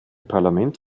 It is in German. parlament